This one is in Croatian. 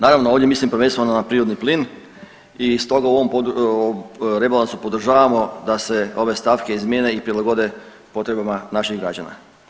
Naravno ovdje mislim prvenstveno na prirodni plin i stoga u ovom rebalansu podržavamo da se ove stavke izmijene i prilagode potrebama naših građana.